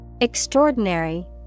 Extraordinary